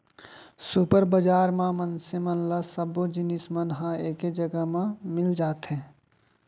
super बजार म मनसे मन ल सब्बो जिनिस मन ह एके जघा म मिल जाथे